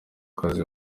kazi